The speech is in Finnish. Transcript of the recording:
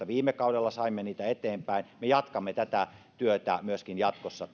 viime kaudella saimme alkuperämerkintäasioita eteenpäin me jatkamme tätä työtä myöskin jatkossa